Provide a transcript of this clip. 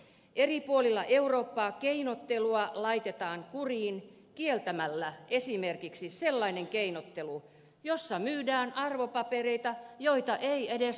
eri puolilla eurooppaa keinottelua laitetaan kuriin kieltämällä esimerkiksi sellainen keinottelu jossa myydään arvopapereita joita ei edes omisteta